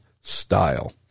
style